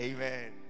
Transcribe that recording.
Amen